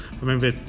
Remember